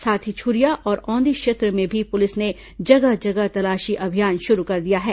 साथ ही छुरिया और औंधी क्षेत्र में भी पुलिस ने जगह जगह तलाशी अभियान शुरू कर दिया है